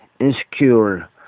insecure